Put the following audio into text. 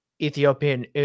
Ethiopian